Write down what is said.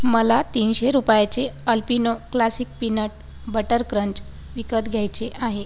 मला तीनशे रुपयाचे Alpino classic peanut butter crunch विकत घ्यायचे आहे